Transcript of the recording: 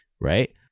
right